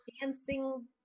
dancing